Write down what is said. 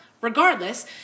Regardless